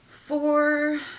Four